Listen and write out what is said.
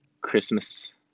Christmas